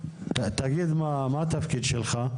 תגיד מה התפקיד שלך?